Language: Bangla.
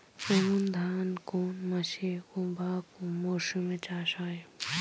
আমন ধান কোন মাসে বা মরশুমে চাষ হয়?